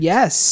Yes